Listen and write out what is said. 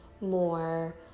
more